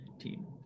team